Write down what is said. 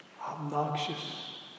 obnoxious